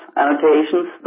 annotations